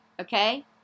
Okay